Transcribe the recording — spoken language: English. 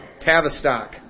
Tavistock